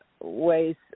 ways